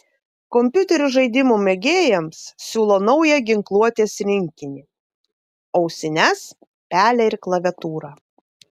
kompiuterių žaidimų mėgėjams siūlo naują ginkluotės rinkinį ausines pelę ir klaviatūrą